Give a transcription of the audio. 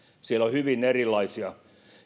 siellä on hyvin erilaisia